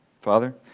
father